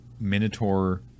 minotaur